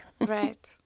right